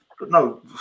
No